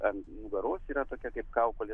ant nugaros yra tokia kaip kaukolė